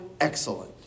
excellent